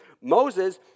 Moses